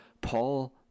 Paul